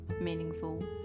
meaningful